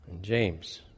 James